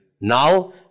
Now